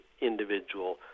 individual